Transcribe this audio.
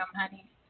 honey